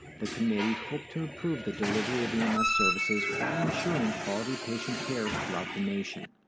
the committee hoped to improve the delivery of ems services while ensuring quality patient care throughout the nation.